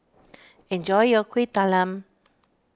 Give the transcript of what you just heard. enjoy your Kueh Talam